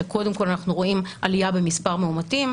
שקודם כל אנחנו רואים עלייה במספר מאומתים,